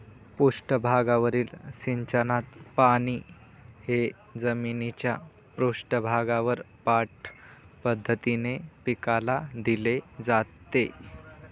पृष्ठभागावरील सिंचनात पाणी हे जमिनीच्या पृष्ठभागावर पाठ पद्धतीने पिकाला दिले जाते